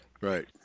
Right